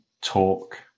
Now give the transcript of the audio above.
talk